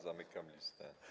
Zamykam listę.